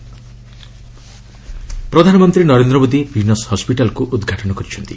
PM hospital ପ୍ରଧାନମନ୍ତ୍ରୀ ନରେନ୍ଦ୍ର ମୋଦୀ ବିନଶ୍ ହସ୍ପିଟାଲକୁ ଉଦ୍ଘାଟନ କରିଛନ୍ତି